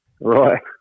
Right